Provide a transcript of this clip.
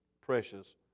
precious